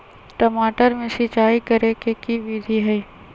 टमाटर में सिचाई करे के की विधि हई?